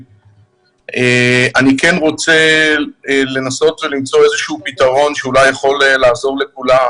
אני כן רוצה לנסות ולמצוא איזשהו פתרון שאולי יכול לעזור לכולם